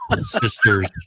sisters